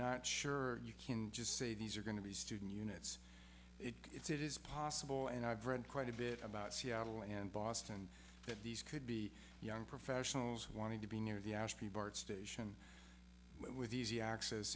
not sure you can just say these are going to be student units it is possible and i've read quite a bit about seattle and boston but these could be young professionals who want to be near the ashby bart station with easy access